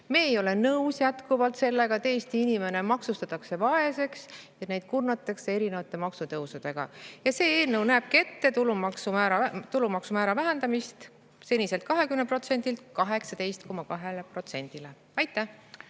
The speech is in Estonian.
Me ei ole nõus sellega, et Eesti inimene maksustatakse vaeseks, et neid kurnatakse erinevate maksutõusudega. Ja see eelnõu näebki ette tulumaksumäära vähendamist seniselt 20%-lt 18,2%-le. Aitäh!